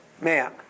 man